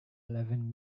eleven